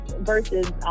versus